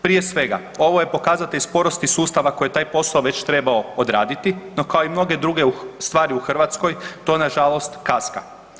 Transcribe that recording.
Prije svega, ovo je pokazatelj sporosti sustava koji taj posao već trebao odraditi, no kao i mnoge druge stvari u Hrvatskoj, to nažalost kaska.